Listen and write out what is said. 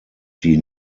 die